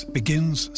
begins